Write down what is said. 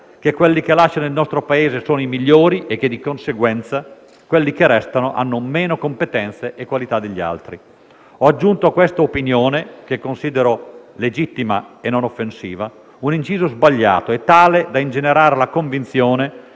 che quelli che lasciano il nostro Paese sono i migliori e che, di conseguenza, quelli che restano hanno meno competenze e qualità degli altri. Ho aggiunto a questa opinione, che considero legittima e non offensiva, un inciso sbagliato e tale da ingenerare la convinzione